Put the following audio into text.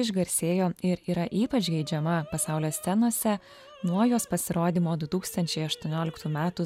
išgarsėjo ir yra ypač geidžiama pasaulio scenose nuo jos pasirodymo du tūkstančiai aštuonioliktų metų